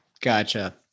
Gotcha